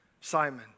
Simon